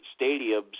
stadiums